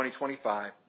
2025